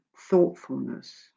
thoughtfulness